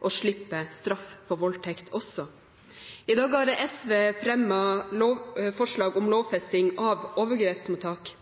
å slippe straff for voldtekt. I dag har SV fremmet forslag om lovfesting av overgrepsmottak.